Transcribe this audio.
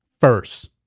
first